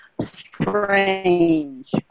Strange